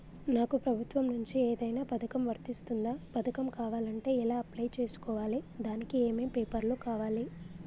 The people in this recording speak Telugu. నాకు ప్రభుత్వం నుంచి ఏదైనా పథకం వర్తిస్తుందా? పథకం కావాలంటే ఎలా అప్లై చేసుకోవాలి? దానికి ఏమేం పేపర్లు కావాలి?